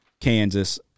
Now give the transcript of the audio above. Kansas